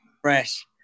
fresh